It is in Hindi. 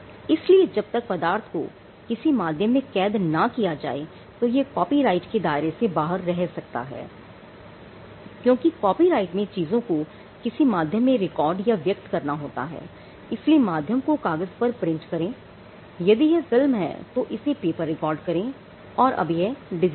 इसलिए जब तक पदार्थ को किसी माध्यम में कैद ना किया जाए तो यह कॉपीराइट के दायरे से बाहर रह सकता है क्योंकि कॉपीराइट में चीजों को किसी माध्यम में रिकॉर्ड या व्यक्त करना होता है इसलिए माध्यम को कागज पर print करें यदि यह फिल्म है तो इसे पेपर रिकॉर्ड करें और अब यह डिजिटल है